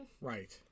Right